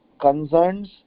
concerns